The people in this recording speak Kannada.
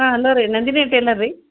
ಹಾಂ ಹಲೋ ರೀ ನಂದಿನಿ ಟೇಲರ್ ರೀ